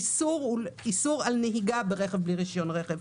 האיסור הוא על נהיגה ברכב בלי רישיון רכב.